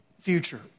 future